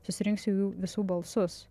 susirinks jų visų balsus